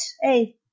Hey